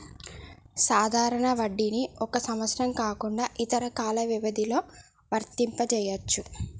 సాధారణ వడ్డీని ఒక సంవత్సరం కాకుండా ఇతర కాల వ్యవధిలో వర్తింపజెయ్యొచ్చు